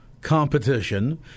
Competition